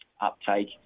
uptake